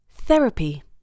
Therapy